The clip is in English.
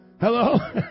Hello